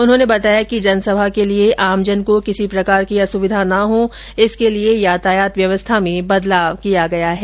उन्होंने बताया कि जनसभा के लिए आमजन को किसी प्रकार की असुविधा नहीं हो इसके लिए यातायात व्यवस्था में बदलाव किया गया है